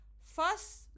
First